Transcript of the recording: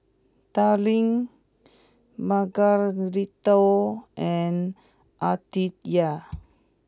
Darline Margarito and Aditya